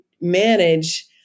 manage